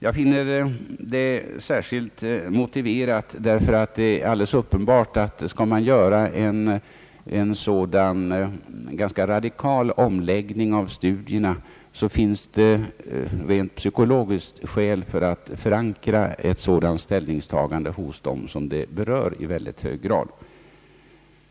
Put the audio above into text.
Jag finner det särskilt motiverat därför att det är alldeles uppenbart att om man skall göra en så pass radikal omläggning av studierna som det här är fråga om så finns det rent psykologiskt skäl för att förankra ett ställningstagande till förslaget hos dem som i första hand berörs av omläggningen.